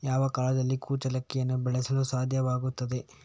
ಯಾವ ಕಾಲದಲ್ಲಿ ಕುಚ್ಚಲಕ್ಕಿಯನ್ನು ಬೆಳೆಸಲು ಸಾಧ್ಯವಾಗ್ತದೆ?